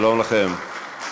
שלום לכם.